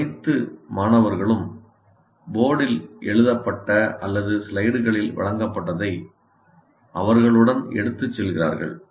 அனைத்து மாணவர்களும் போர்டில் எழுதப்பட்ட அல்லது ஸ்லைடுகளில் வழங்கப்பட்டதை அவர்களுடன் எடுத்துச் செல்கிறார்கள்